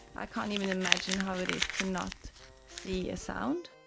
i can't even imagine how it is to not see a sound.